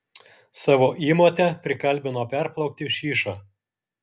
savo įmotę prikalbino perplaukti šyšą